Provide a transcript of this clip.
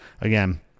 Again